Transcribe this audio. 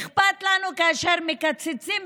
אכפת לנו כאשר מקצצים,